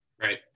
Right